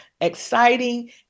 exciting